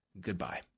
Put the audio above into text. Goodbye